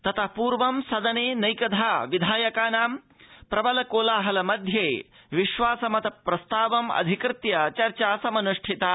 ततः पूर्वं सदने नैकधा विधायकानां प्रबल कोलाहल मध्ये विश्वास मत प्रस्तावम् अधिकृत्य चर्चा समन्ष्टिता